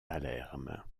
palerme